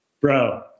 Bro